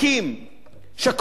שכל אשר הם כותבים,